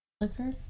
Liquor